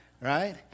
Right